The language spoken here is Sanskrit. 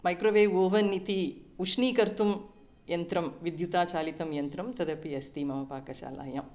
मैक्रोवेव् ओवन् इति उष्णीकर्तुं यन्त्रं विद्युतचालितं यन्त्रं तदपि अस्ति मम पाकशालायाम्